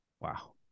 Wow